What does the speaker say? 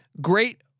Great